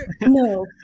no